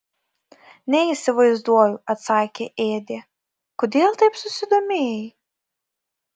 neįsivaizduoju atsakė ėdė kodėl taip susidomėjai